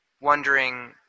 wondering